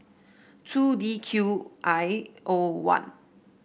two D Q I O one